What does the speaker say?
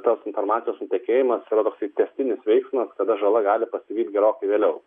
tas informacijos nutekėjimas yra toksai tęstinis veiksmas kada žala gali pasivyti gerokai vėliau